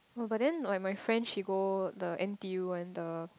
no but then my my friend she go the N_T_U one the